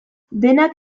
denak